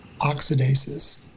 oxidases